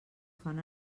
fan